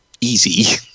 easy